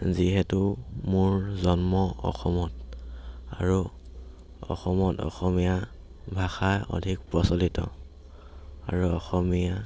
যিহেতু মোৰ জন্ম অসমত আৰু অসমত অসমীয়া ভাষা অধিক প্ৰচলিত আৰু অসমীয়া